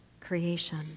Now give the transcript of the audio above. creation